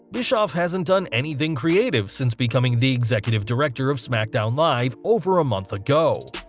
bischoff hasn't done anything creative since becoming the executive director of smack down live over a month ago.